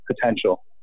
potential